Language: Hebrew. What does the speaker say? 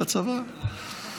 לצבא,